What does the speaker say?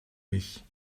mich